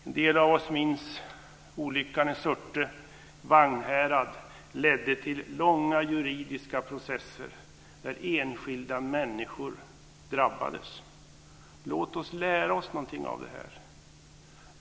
En del av oss minns olyckan i Surte, som ledde till långa juridiska processer där enskilda människor drabbades. Låt oss lära någonting av det här.